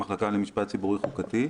המחלקה למשפט ציבורי חוקתי.